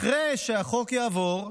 אחרי שהחוק יעבור,